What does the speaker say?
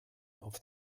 auf